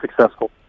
successful